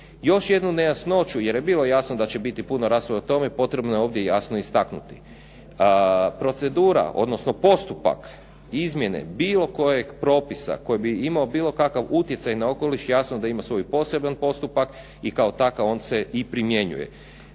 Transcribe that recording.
Još jednu nejasnošću jer je bilo jasno da će biti rasprave o tome, potrebno je ovdje jasno istaknuti. Procedura odnosno postupak izmjene bilo kojeg propisa koji bi imao bilo kakav utjecaj na okoliš jasno da ima svoj poseban postupak i kao takav on se i primjenjuje.